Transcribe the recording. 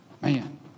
man